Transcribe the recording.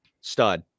Stud